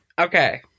Okay